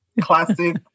classic